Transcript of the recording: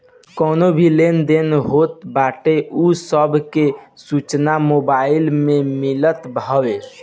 कवनो भी लेन देन होत बाटे उ सब के सूचना मोबाईल में मिलत हवे